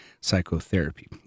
psychotherapy